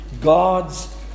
God's